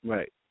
Right